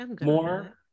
more